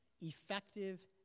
effective